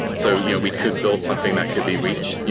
so you know we could build something that could be reached.